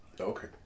Okay